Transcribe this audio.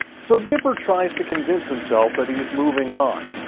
so dipper tries to convince himself that he's moving on.